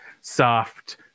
soft